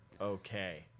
okay